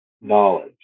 knowledge